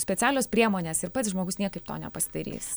specialios priemonės ir pats žmogus niekaip to nepasidarys